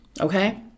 Okay